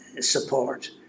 support